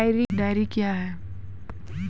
Dairy क्या हैं?